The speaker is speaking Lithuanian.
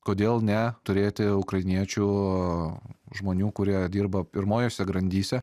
kodėl ne turėti ukrainiečių žmonių kurie dirba pirmoise grandyse